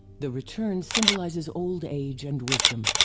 the return symbolizes old age and wisdom.